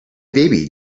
baby